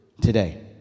today